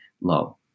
low